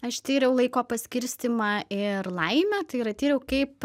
aš tyriau laiko paskirstymą ir laimę tai yra tyriau kaip